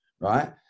right